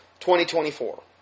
2024